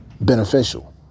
beneficial